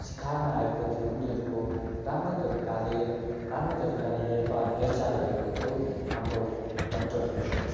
शिकारमा आएको थियो उनीहरूको राम्रो तरिकाले राम्रो तरिकाले हेरपा हेरचाह गरेको थियो हाम्रो डक्टरहरूले